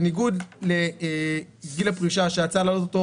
בניגוד לגיל הפרישה שההצעה להעלות אותו